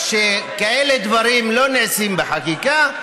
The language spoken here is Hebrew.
שכאלה דברים לא נעשים בחקיקה.